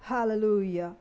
hallelujah